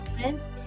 friends